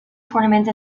tournaments